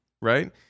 right